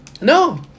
No